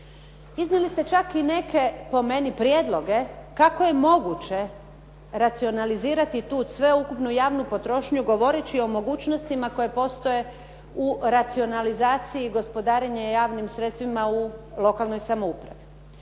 Iznijeli ste čak i neke po meni prijedloge kako je moguće racionalizirati tu sveukupnu javnu potrošnju govoreći o mogućnostima koje postoje u racionalizaciji i gospodarenje javnim sredstvima u lokalnoj samoupravi.